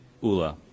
Ula